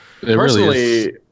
personally